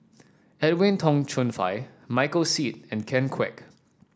Edwin Tong Chun Fai Michael Seet and Ken Kwek